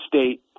state